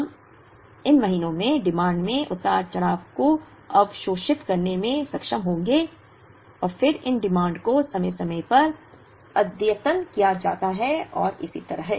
हम इन महीनों में डिमांड में उतार चढ़ाव को अवशोषित करने में सक्षम होंगे और फिर इन डिमांड को समय समय पर अद्यतन किया जाता है और इसी तरह